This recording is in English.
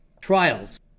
trials